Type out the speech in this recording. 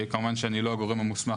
כמובן שאני לא הגורם המוסמך,